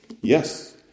Yes